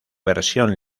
versión